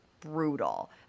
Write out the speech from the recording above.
brutal